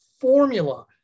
formula